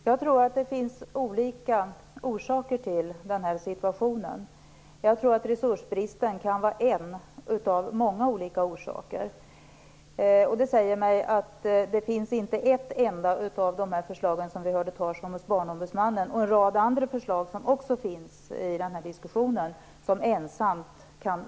Fru talman! Det finns olika orsaker till denna situation. Resursbristen kan vara en av många olika orsaker. Det finns inte ett enda av de förslag som vi hörde talas om hos Barnombudsmannen eller något av alla andra förslag som ensamt kan lösa problemen.